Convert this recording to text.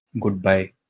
goodbye